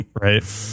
right